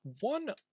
one